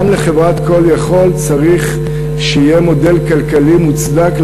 גם לפעילות של חברת "Call יכול" צריך להיות מודל כלכלי מוצדק.